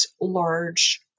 large